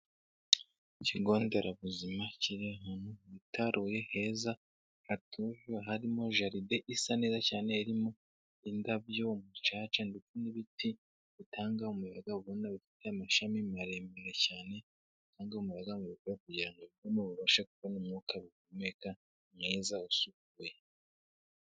Ku ikigo nderabuzima kiri ahantu hitaruye heza hatuwe, harimo jaride isa neza cyane irimo indabyo uducaca ndetse n'ibiti bitanga umuyaga ubona bifite amashami maremare cyane kandi umuyaga mubi biwukuramo kugira ngo bibashe kubona umwuka bihumeka mwiza usukuye.